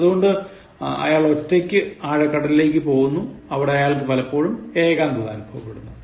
അതുകൊണ്ട് അയാൾ ഒറ്റക്ക് ആഴക്കടലിലേക്ക് പോകുന്നു അവിടെ അയാൾക്ക്പലപ്പോഴും ഏകാന്തത അനുഭവപ്പെടുന്നു